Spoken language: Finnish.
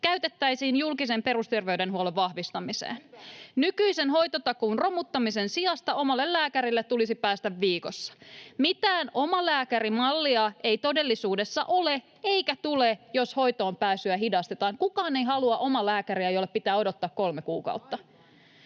käytettäisiin julkisen perusterveydenhuollon vahvistamiseen. [Krista Kiuru: Hyvä!] Nykyisen hoitotakuun romuttamisen sijasta omalle lääkärille tulisi päästä viikossa. Mitään omalääkärimallia ei todellisuudessa ole eikä tule, jos hoitoonpääsyä hidastetaan. Kukaan ei halua omalääkäriä, jolle pitää odottaa kolme kuukautta.